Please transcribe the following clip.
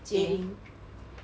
jie ying